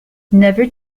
never